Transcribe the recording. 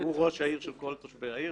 הוא ראש העיר של כל תושבי העיר.